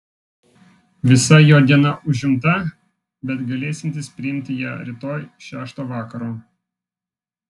visa jo diena užimta bet galėsiantis priimti ją rytoj šeštą vakaro